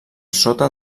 sota